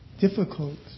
difficult